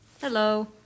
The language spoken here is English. Hello